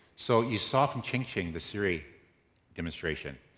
so you saw from ching ching the siri demonstration.